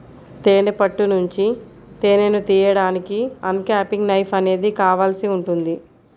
తేనె పట్టు నుంచి తేనెను తీయడానికి అన్క్యాపింగ్ నైఫ్ అనేది కావాల్సి ఉంటుంది